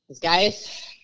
Guys